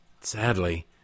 sadly